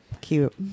Cute